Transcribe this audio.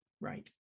Right